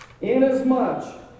Inasmuch